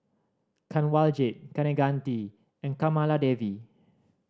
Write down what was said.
Kanwaljit Kaneganti and Kamaladevi